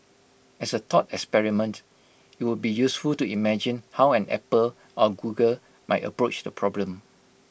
as A thought experiment IT would be useful to imagine how an Apple or Google might approach the problem